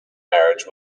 marriage